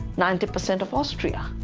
ninety percent of austria.